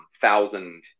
thousand